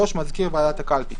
(3)מזכיר ועדת הקלפי".